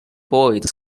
boy